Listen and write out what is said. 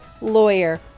lawyer